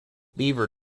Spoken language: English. beaver